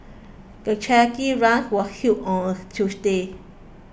the charity run was held on a Tuesday